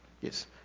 Yes